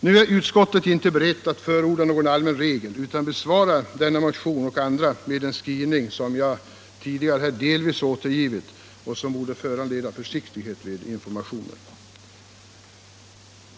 Nu är utskottet inte berett att förorda någon allmän regel utan besvarar denna motion och andra med en skrivning som jag tidigare delvis återgivit och som borde föranleda försiktighet vid informationen.